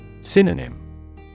Synonym